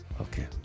Okay